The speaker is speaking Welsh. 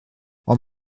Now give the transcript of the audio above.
ond